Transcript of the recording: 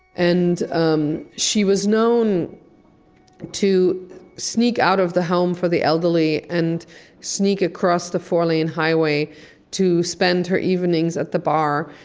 and um she was known to sneak out of the home for the elderly and sneak across the four lane highway to spend her evenings at the bar,